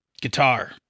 guitar